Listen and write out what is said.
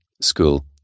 school